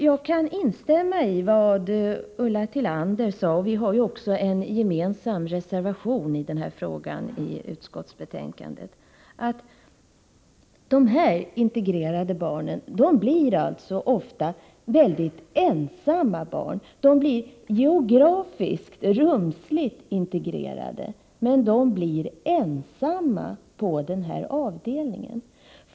Jag kan instämma i vad Ulla Tillander sade — vi har ju också en gemensam reservation till utskottsbetänkandet i denna fråga — att de barn som integreras blir ofta väldigt ensamma barn. De blir geografiskt, rumsligt integrerade, men de blir ensamma på den här avdelningen.